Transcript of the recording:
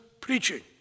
preaching